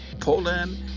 Poland